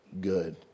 good